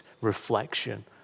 reflection